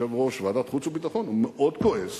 כיושב-ראש ועדת חוץ וביטחון הוא מאוד כועס